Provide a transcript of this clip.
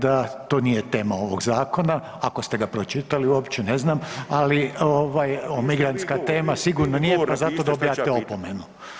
da to nije tema ovog zakona, ako ste ga pročitali uopće, ne znam, ali ovaj migrantska tema sigurno nije, pa zato dobijate opomenu.